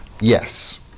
Yes